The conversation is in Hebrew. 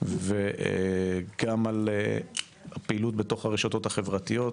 וגם בפעילות בתוך הרשתות החברתיות.